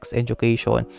education